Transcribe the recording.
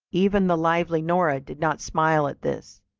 even the lively nora did not smile at this,